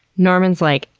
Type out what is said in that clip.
norman's, like,